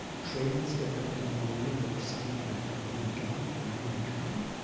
trains going up and down the line were preceded by an armored guard, an armored car,